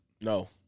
No